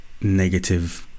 negative